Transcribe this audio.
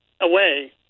away